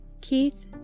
Keith